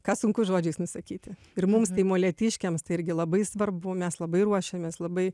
ką sunku žodžiais nusakyti ir mums tai molėtiškiams tai irgi labai svarbu mes labai ruošiamės labai